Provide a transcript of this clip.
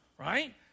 right